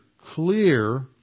clear